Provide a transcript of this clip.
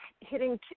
hitting